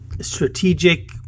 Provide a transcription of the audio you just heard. Strategic